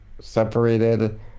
separated